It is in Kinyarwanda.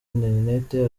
interineti